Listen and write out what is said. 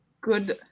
good